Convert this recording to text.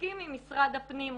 משחקים עם משרד הפנים,